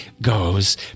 goes